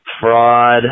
fraud